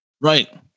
Right